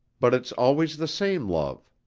but it's always the same love.